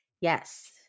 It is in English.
Yes